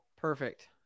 Perfect